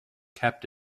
kept